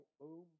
boom